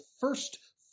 first